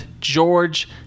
george